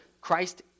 Christ